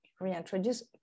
reintroduce